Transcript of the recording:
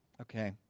Okay